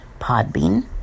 Podbean